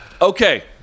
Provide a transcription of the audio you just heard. Okay